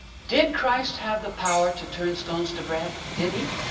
did christ have the power to turn stones to bread? did he?